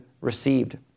received